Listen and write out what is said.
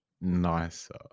nicer